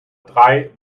drei